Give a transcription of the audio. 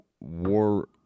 war